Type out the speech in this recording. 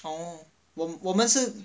oh 我我们是